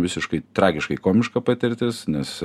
visiškai tragiškai komiška patirtis nes